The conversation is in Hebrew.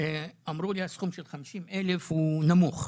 ואמרו לי שהסכום של 50,000 הוא נמוך.